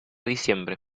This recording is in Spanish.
diciembre